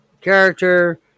character